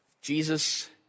Jesus